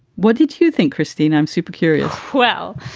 what did you think, christine? i'm super curious well,